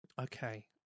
Okay